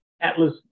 Atlas